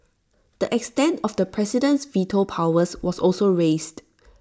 the extent of the president's veto powers was also raised